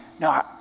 no